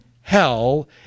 hell